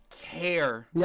care